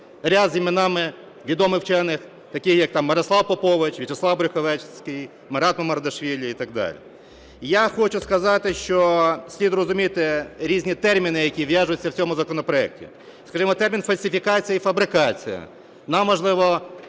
ряд з іменами відомих вчених таких, як там Мирослав Попович, В'ячеслав Брюховецький, Мераб Мамардашвілі і так далі. Я хочу сказати, що слід розуміти різні терміни, які в'яжуться в цьому законопроекті. Скажімо, термін "фальсифікація" і "фабрикація" нам, можливо,